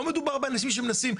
לא מדובר באנשים שמנסים,